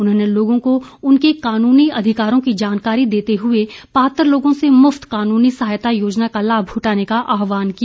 उन्होंने लोगों को उनके कानूनी अधिकारों की जानकारी देते हुए पात्र लोगों से मुफ्त कानूनी सहायता योजना का लाभ उठाने का आहवान किया